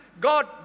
God